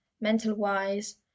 mental-wise